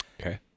Okay